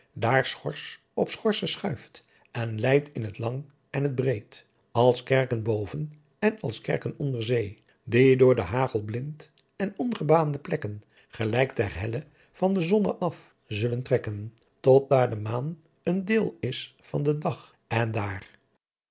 daar schors op schorse schuift en leit in t lang en t bree als kerken boven en als kerken onder zee die door den hagel blindt en ongebaande plekken gelijk ter helle van de zon af zullen trekken tot daar de maan een deel is van den dagh en daar